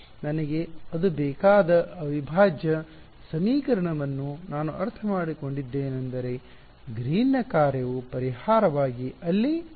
ನನಗೆ ಅದು ಬೇಕಾದ ಅವಿಭಾಜ್ಯ ಸಮೀಕರಣವನ್ನು ನಾನು ಅರ್ಥಮಾಡಿಕೊಂಡಿದ್ದೇನೆಂದರೆ ಗ್ರೀನ್ನ ಕಾರ್ಯವು ಪರಿಹಾರವಾಗಿ ಅಲ್ಲಿ ಕಾಣಿಸುತ್ತದೆ